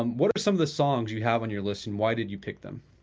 um what are some of the songs you have on your list and why did you pick them?